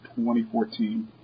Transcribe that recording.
2014